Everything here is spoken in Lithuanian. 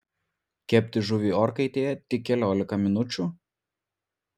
kepti žuvį orkaitėje tik keliolika minučių